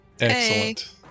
excellent